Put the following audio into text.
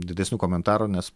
didesnių komentarų nes